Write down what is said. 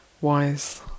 wise